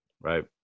right